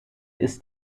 ist